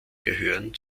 gehören